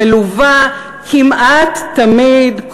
מלווה כמעט תמיד,